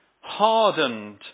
hardened